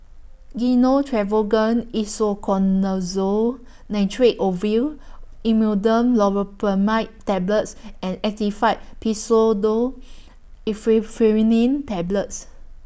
Gyno Travogen Isoconazole Nitrate Ovule Imodium Loperamide Tablets and Actifed Pseudoephedrine Tablets